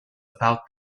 about